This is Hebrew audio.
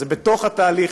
זה בתוך התהליך